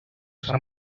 sant